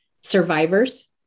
survivors